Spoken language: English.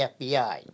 FBI